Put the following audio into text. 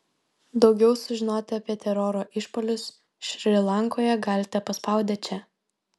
daugiau sužinoti apie teroro išpuolius šri lankoje galite paspaudę čia